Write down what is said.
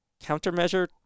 countermeasure